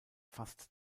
fast